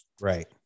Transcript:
Right